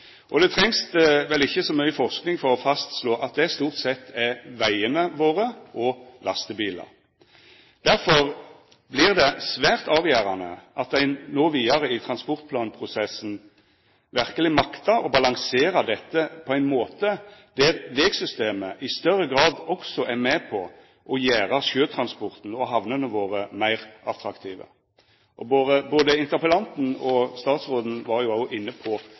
det trengst vel ikkje så mykje forsking for å fastslå at det stort sett er vegane våre og lastebilar. Derfor vert det svært avgjerande at ein no vidare i transportplanprosessen verkeleg maktar å balansera dette på ein måte der vegsystemet i større grad også er med på å gjera sjøtransporten og hamnene våre meir attraktive. Både interpellanten og statsråden var inne på